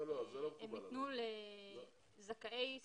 הם ניתנו לזכאי --- לא,